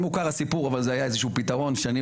הסיפור מוכר, אבל זה היה פתרון רציני.